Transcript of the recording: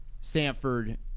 Sanford